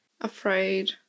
afraid